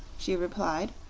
she replied,